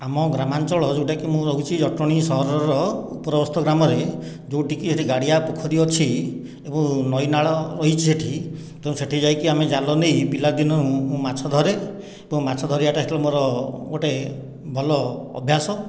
ଆମ ଗ୍ରାମାଞ୍ଚଳ ଯେଉଁଟା କି ମୁ ରହୁଛି ଜଟଣୀ ସହରର ଉପରସ୍ଥ ଗ୍ରାମରେ ଯେଉଁଠିକି ଏଠି ଗାଡ଼ିଆ ପୋଖରୀ ଅଛି ଏବଂ ନଇ ନାଳ ରହିଛି ଏଠି ତ ସେଠି ଯାଇକି ଆମେ ଜାଲ ନେଇ ପିଲାଦିନୁ ମୁଁ ମାଛ ଧରେ ଏବଂ ମାଛ ଧରିବାଟା ସେତେବେଳେ ମୋର ଗୋଟେ ଭଲ ଅଭ୍ୟାସ